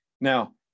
Now